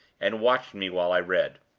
and watched me while i read.